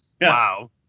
wow